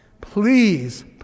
Please